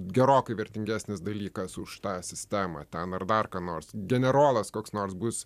gerokai vertingesnis dalykas už tą sistemą ten ar dar ką nors generolas koks nors bus